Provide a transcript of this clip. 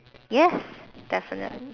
yes definitely